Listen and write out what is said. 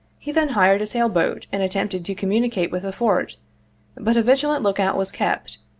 he then hired a sail boat and attempted to communicate with the fort but a vigilant lookout was kept,